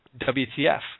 WTF